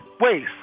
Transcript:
ways